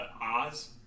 Oz